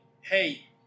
hey